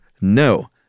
No